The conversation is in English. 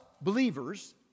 believers